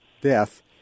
death